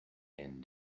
and